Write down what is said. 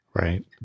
Right